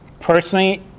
Personally